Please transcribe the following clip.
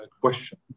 question